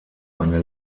eine